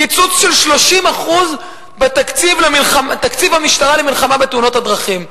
קיצוץ של 30% בתקציב המשטרה למלחמה בתאונות הדרכים.